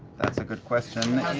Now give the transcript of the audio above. that's a good question.